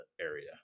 area